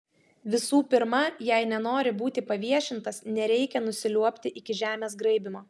visų pirma jei nenori būti paviešintas nereikia nusiliuobti iki žemės graibymo